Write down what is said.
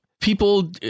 people